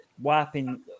wiping